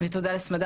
תודה לכולם